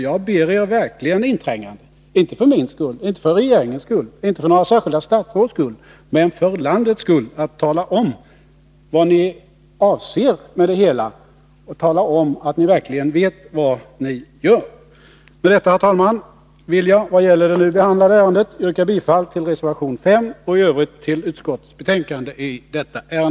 Jag ber er verkligen enträget — inte för min egen skull, inte för regeringens skull och inte för några särskilda statsråds skull men för Nr 145 landets skull — att tala om vad ni avser med det hela, att tala om att ni Onsdagen den verkligen vet vad ni gör. 12 maj 1982 Med detta, herr talman, vill jag vad gäller det nu behandlade ärendet yrka